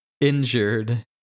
injured